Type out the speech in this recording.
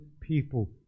people